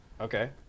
Okay